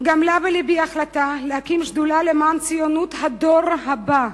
גמלה בלבי ההחלטה להקים שדולה למען ציונות הדור הבא,